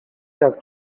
jak